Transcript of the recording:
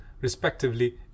respectively